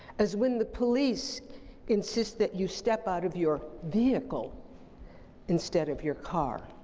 as when the police insist that you step out of your vehicle instead of your car.